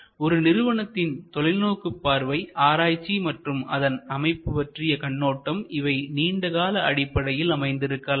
ஒரு நிறுவனத்தின் தொலைநோக்குப் பார்வைஆராய்ச்சி மற்றும் அதன் அமைப்பு பற்றிய கண்ணோட்டம் இவை நீண்ட கால அடிப்படையில் அமைந்திருக்கலாம்